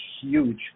huge